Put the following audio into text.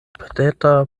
preta